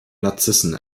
narzissen